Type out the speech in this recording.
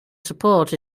support